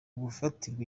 gukatirwa